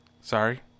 Sorry